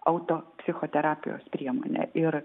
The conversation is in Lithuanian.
auto psichoterapijos priemonė ir